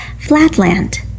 flatland